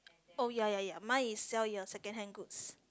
oh ya ya ya mine is sell your secondhand goods